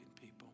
people